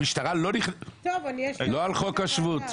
לא חוק השבות.